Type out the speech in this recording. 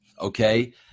Okay